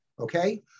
Okay